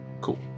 Cool